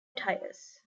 tyres